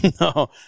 No